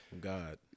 God